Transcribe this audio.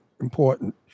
important